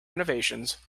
renovations